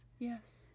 Yes